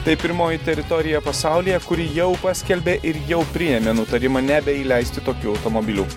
tai pirmoji teritorija pasaulyje kuri jau paskelbė ir jau priėmė nutarimą nebeįleisti tokių automobilių